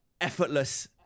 effortless